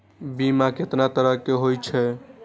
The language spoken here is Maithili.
बीमा केतना तरह के हाई छै?